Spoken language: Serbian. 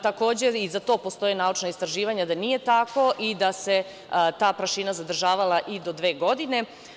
Takođe i za to postoje naučna istraživanja da nije tako i da se ta prašina zadržavala i do dve godine.